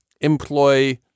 employ